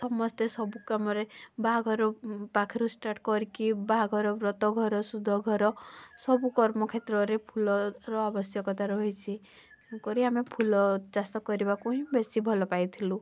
ସମସ୍ତେ ସବୁ କାମରେ ବାହାଘର ପାଖୁରୁ ଷ୍ଟାର୍ଟ୍ କରିକି ବାହାଘର ବ୍ରତଘର ଶୁଦ୍ଧଘର ସବୁ କର୍ମ କ୍ଷେତ୍ରରେ ଫୁଲର ଆବଶ୍ୟକତା ରହିଛି ତେଣୁକରି ଆମେ ଫୁଲ ଚାଷ କରିବାକୁ ହିଁ ବେଶୀ ଭଲ ପାଇଥିଲୁ